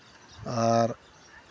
ᱟᱨ